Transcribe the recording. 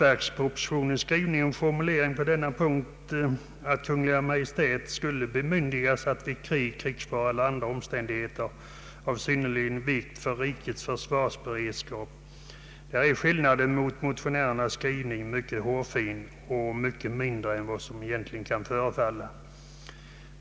Formuleringen i statsverkspropositionen på denna punkt, att Kungl. Maj:t vid krig, krigsfara eller andra omständigheter av synnerlig vikt för rikets försvarsberedskap skulle bemyndigas disponera en rörlig kredit i riksgäldskontoret av högst 50 miljoner kronor, innebär en hårfin skillnad jämfört med motionärernas formulering — mycket mindre än vad den egentligen kan förefalla.